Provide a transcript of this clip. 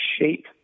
shape